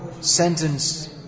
sentence